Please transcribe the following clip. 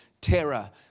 terror